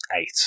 eight